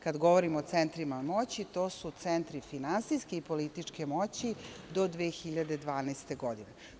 Kad govorim o centrima moći, to su centri finansijske i političke moći do 2012. godine.